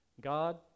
God